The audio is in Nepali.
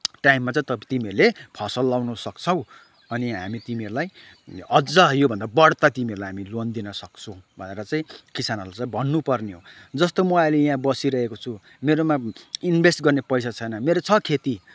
टाइममा चाहिँ तपाईँ तिमीहरूले फसल लगाउनसक्छौ अनि हामी तिमीहरूलाई अझै योभन्दा बढ्ता तिमीहरूलाई हामी लोन दिनसक्छौँ भनेर चाहिँ किसानहरूलाई चाहिँ भन्नपर्ने हो जस्तो म अहिले यहाँ बसिरहेको छु मेरोमा इन्भेस्ट गर्ने पैसा छैन मेरोमा छ खेती